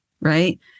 right